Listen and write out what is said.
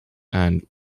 and